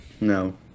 No